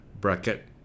Bracket